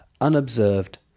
unobserved